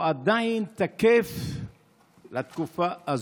והוא עדיין תקף לתקופה הזו.